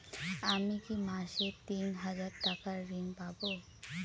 আমি কি মাসে তিন হাজার টাকার ঋণ পাবো?